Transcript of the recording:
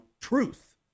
truth